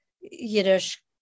Yiddish